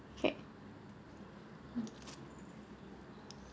okay